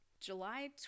july